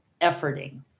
efforting